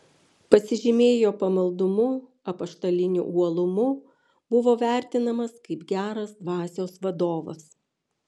pasižymėjo pamaldumu apaštaliniu uolumu buvo vertinamas kaip geras dvasios vadovas